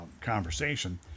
conversation